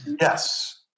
Yes